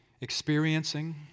experiencing